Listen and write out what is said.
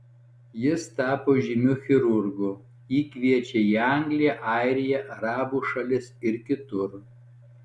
jis tapo žymiu chirurgu jį kviečia į angliją airiją arabų šalis ir kitur